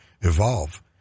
evolve